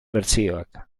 bertsioak